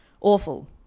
Awful